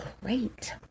great